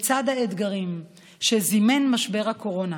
בצד האתגרים שזימן משבר הקורונה,